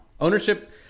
Ownership